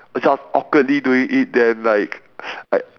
just awkwardly doing it then like like